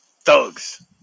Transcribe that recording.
thugs